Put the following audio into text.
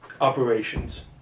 operations